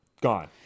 Gone